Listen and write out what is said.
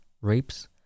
rapes